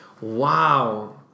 Wow